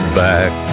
back